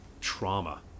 trauma